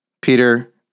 Peter